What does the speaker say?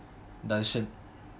Darshan